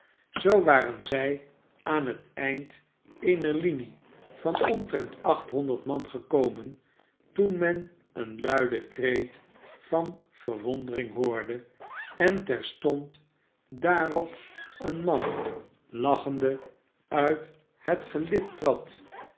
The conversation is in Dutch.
zoo waren zij aan het eind eener linie van omtrent achthonderd man gekomen toen men een luiden kreet van verwondering hoorde en terstond daarop een man lachende uit het gelid trad